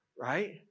right